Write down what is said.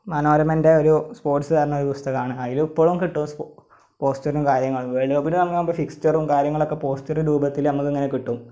മനോരമന്റെ ഒരു സ്പോര്ട്സ് പറഞ്ഞ ഒരു പുസ്തകാണ് അതിൽ ഇപ്പോഴും കിട്ടും പോസ്റ്ററും കാര്യങ്ങളും വേള്ഡ് കപ്പിൽ നമ്മളാവുമ്പോൾ ഫിക്സ്റ്ററും കാര്യങ്ങളും ഒക്കെ പോസ്റ്ററ് രൂപത്തിൽ നമ്മൾക്കിങ്ങനെ കിട്ടും